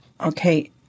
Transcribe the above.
Okay